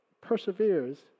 perseveres